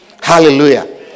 Hallelujah